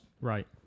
Right